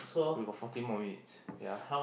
we got fourteen more minutes ya